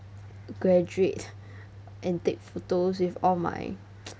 graduate and take photos with all my